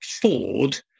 Ford